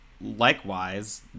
likewise